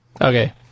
okay